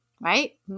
right